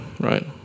right